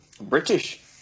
British